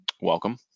welcome